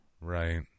Right